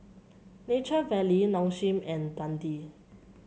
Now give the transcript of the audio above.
Nature Valley Nong Shim and Dundee